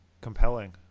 compelling